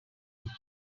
kujya